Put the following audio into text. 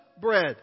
bread